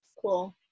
Cool